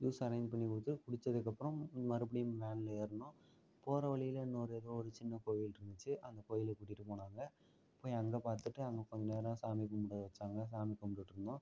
juice arrange பண்ணிக்கொடுத்து குடிச்சதுக்கு அப்புறம் மறுபடியும் வேன்ல ஏறினோம் போகிற வழியில் இன்னோரு ஏதோ ஒரு சின்னக் கோயில் இருந்துச்சு அந்த கோயிலுக்கு கூட்டிட்டுப் போனாங்கள் போய் அங்கே பார்த்துட்டு அங்கே கொஞ்ச நேரம் சாமி கும்பிட வச்சாங்கள் சாமி கும்பிட்டுட்ருந்தோம்